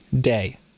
day